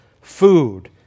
food